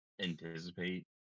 anticipate